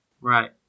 Right